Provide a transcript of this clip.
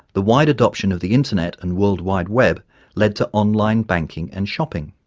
the wide adoption of the internet and world wide web led to online banking and shopping.